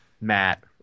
Matt